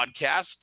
Podcast